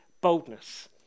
boldness